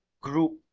group